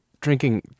drinking